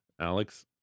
Alex